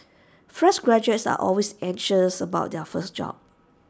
fresh graduates are always anxious about their first job